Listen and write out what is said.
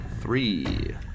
three